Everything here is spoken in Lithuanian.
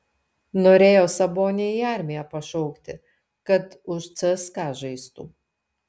norėjo sabonį į armiją pašaukti kad už cska žaistų